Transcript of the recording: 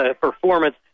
performance